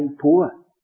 poor